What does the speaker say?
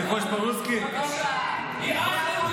תגיד לה כמה משפטים אולי, יבגני.